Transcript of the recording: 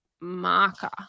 marker